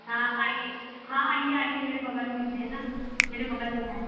हाँ आइए हाँ आइए आइए मेरे बगल में है ना मेरे बगल में है